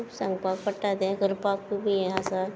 खूब सांगपाक पडटा तें करपाक खूब हें आसा